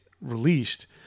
released